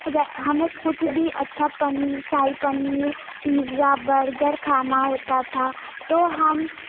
रे हमे कुछ भी अच्छा पनीर शाही पनीर पिज़्ज़ा बर्गर खाना होता था तो हम